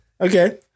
Okay